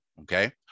Okay